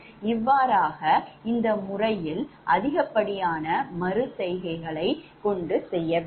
இவ்வாறாக இந்த முறையில் அதிகப்படியான மறு செய்கைளைக் கொண்டு செய்ய வேண்டும்